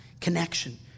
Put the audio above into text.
connection